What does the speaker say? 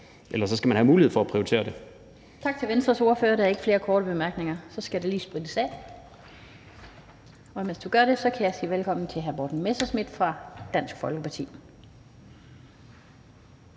det. Kl. 16:47 Den fg. formand (Annette Lind): Tak til Venstres ordfører. Der er ikke flere korte bemærkninger. Så skal der lige sprittes af. Og mens der gøres det, kan jeg sige velkommen til hr. Morten Messerschmidt fra Dansk Folkeparti.